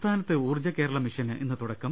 സംസ്ഥാനത്ത് ഊർജ്ജകേരളമിഷന് ഇന്ന് തുടക്കം